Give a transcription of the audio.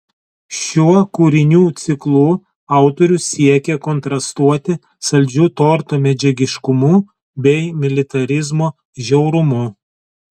šiuo kūrinių ciklu autorius siekė kontrastuoti saldžiu torto medžiagiškumu bei militarizmo žiaurumu